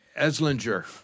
Eslinger